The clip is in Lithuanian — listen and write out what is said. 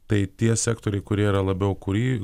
tai tie sektoriai kurie yra labiau kūry